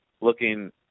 looking